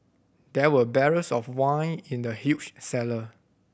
there were barrels of wine in the huge cellar